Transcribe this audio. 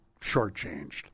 shortchanged